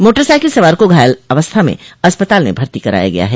motor cycle सवार को घायल अवस्था में अस्पताल में भर्ती कराया गया है